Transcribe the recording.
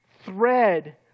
thread